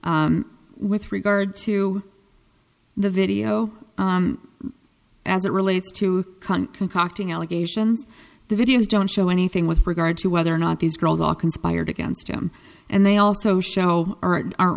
with regard to the video as it relates to concocting allegations the videos don't show anything with regard to whether or not these girls all conspired against him and they also show